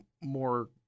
more